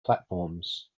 platforms